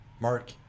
Mark